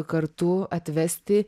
kartu atvesti